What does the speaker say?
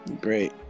Great